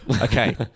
Okay